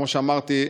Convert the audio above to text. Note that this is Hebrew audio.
כמו שאמרתי,